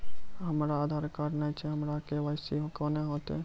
हमरा आधार कार्ड नई छै हमर के.वाई.सी कोना हैत?